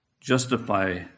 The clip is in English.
justify